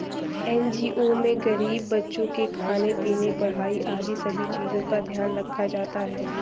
NGO में गरीब बच्चों के खाने पीने, पढ़ाई आदि सभी चीजों का ध्यान रखा जाता है